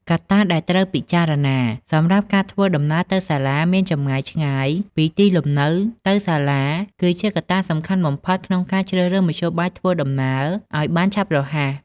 កត្តាដែលត្រូវពិចារណា សម្រាប់ការធ្វើដំណើរទៅសាលាមានចម្ងាយឆ្ងាយពីទីលំនៅដ្ឋានទៅសាលាគឺជាកត្តាសំខាន់បំផុតក្នុងការជ្រើសរើសមធ្យោបាយធ្វើដំណើរឱ្យបានឆាប់រហ័ស។